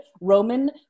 Roman